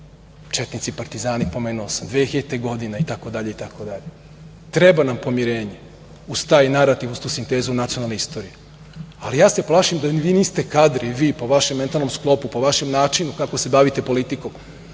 četnici i partizani, pomenuo sam, 2000. godina itd. Treba nam pomirenje, uz taj narativ, uz tu sintezu nacionalne istorije, ali ja se plašim da vi niste kadri, vi po vašem mentalnom sklopu, po vašem načinu kako se bavite politikom,